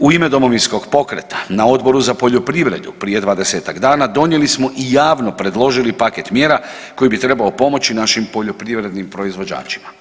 U ime Domovinskog pokreta na Odboru za poljoprivredu prije 20-tak dana donijeli smo i javno predložili paket mjera koji bi trebao pomoći našim poljoprivrednim proizvođačima.